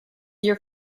your